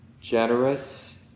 generous